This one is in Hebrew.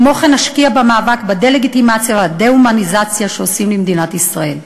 כמו כן אשקיע במאבק בדה-לגיטימציה ובדה-הומניזציה שעושים למדינת ישראל.